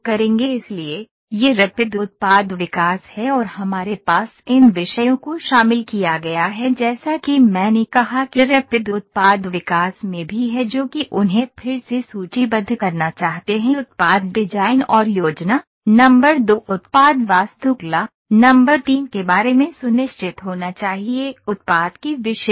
इसलिए यह रैपिड उत्पाद विकास है और हमारे पास इन विषयों को शामिल किया गया है जैसा कि मैंने कहा कि रैपिड उत्पाद विकास में भी है जो कि उन्हें फिर से सूचीबद्ध करना चाहते हैं उत्पाद डिजाइन और योजना नंबर दो उत्पाद वास्तुकला नंबर तीन के बारे में सुनिश्चित होना चाहिए उत्पाद की विशेषताएं